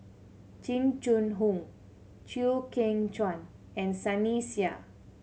Jing Jun Hong Chew Kheng Chuan and Sunny Sia